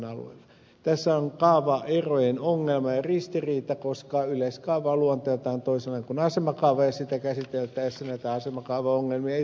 tässä on kaavaerojen ongelma ja ristiriita koska yleiskaava on luonteeltaan toisenlainen kuin asemakaava ja sitä käsiteltäessä näitä asemakaavaongelmia ei useinkaan tiedetä etukäteen